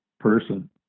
person